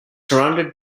surrounded